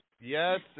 Yes